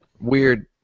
weird